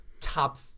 top